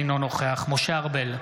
אינו נוכח משה ארבל,